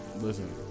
listen